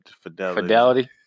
Fidelity